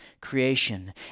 creation